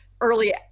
early